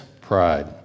pride